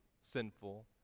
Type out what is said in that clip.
sinful